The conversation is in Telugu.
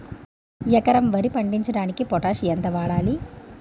ఎకరం వరి పండించటానికి పొటాష్ ఎంత వాడాలి?